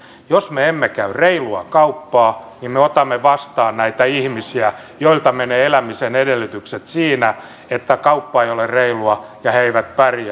jos me emme käy reilua kauppaa niin me otamme vastaan näitä ihmisiä joilta menevät elämisen edellytykset siinä että kauppa ei ole reilua ja he eivät pärjää